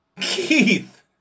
Keith